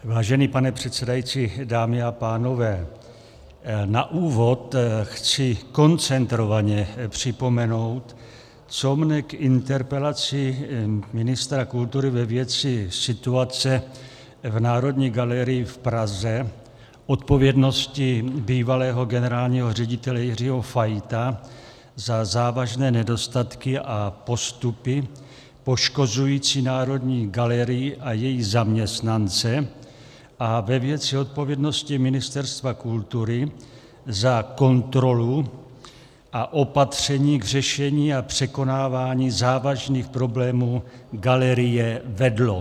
Vážený pane předsedající, dámy a pánové, na úvod chci koncentrovaně připomenout, co mě k interpelaci ministra kultury ve věci situace v Národní galerii v Praze, odpovědnosti bývalého generálního ředitele Jiřího Fajta za závažné nedostatky a postupy poškozující Národní galerii a její zaměstnance a ve věci odpovědnosti Ministerstva kultury za kontrolu a opatření k řešení a překonávání závažných problémů galerie vedlo.